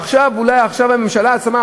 ואולי עכשיו הממשלה עצמה,